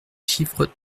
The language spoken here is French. chiffres